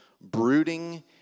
brooding